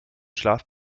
schlaf